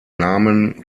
namen